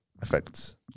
effects